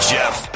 Jeff